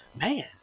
Man